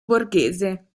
borghese